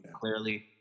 clearly